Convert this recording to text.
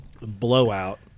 blowout